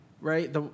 right